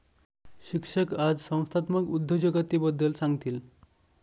शिक्षक आज संस्थात्मक उद्योजकतेबद्दल सांगतील